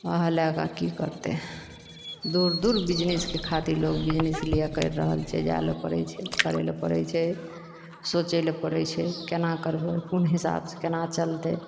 महल लए कए की करतै दूर दूर बिजनेसके खातिर लोग बिजनिस इसलिए करि रहल छै जाइ लऽ पड़ै छै करै लऽ पड़ै छै सोचै लऽ पड़ै छै केना करबै कोन हिसाबसँ केना चलतै